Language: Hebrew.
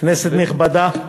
כנסת נכבדה,